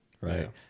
right